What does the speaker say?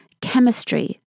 chemistry